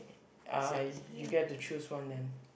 uh you get to choose one then